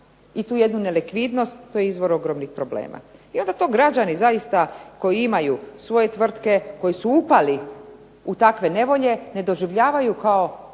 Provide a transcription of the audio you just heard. i tu jednu nelikvidnost, to je izvor ogromnih problema. I onda to građani zaista, koji imaju svoje tvrtke, koji su upali u takve nevolje, ne doživljavaju kao